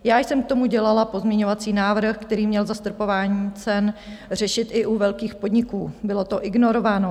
Já jsem k tomu dělala pozměňovací návrh, který měl zastropování cen řešit i u velkých podniků, bylo to ignorováno.